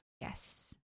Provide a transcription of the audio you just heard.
yes